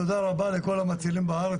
תודה רבה לכל המצילים בארץ,